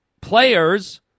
players